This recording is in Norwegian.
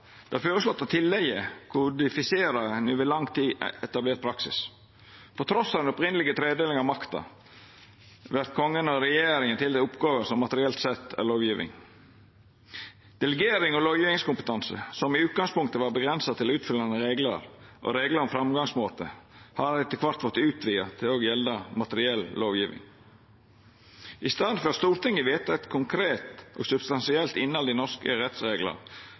tillegget kodifiserer ein over lang tid etablert praksis. Trass i den opphavlege tredelinga av makta vert Kongen og regjeringa tildelte oppgåver som materielt sett er lovgjeving. Delegering av lovgjevingskompetanse, som i utgangspunktet var avgrensa til utfyllande reglar og reglar om framgangsmåte, har etter kvart vorte utvida til òg å gjelda materiell lovgjeving. I staden for at Stortinget vedtek eit konkret og substansielt innhald i norske rettsreglar,